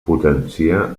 potencia